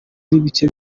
n’ibice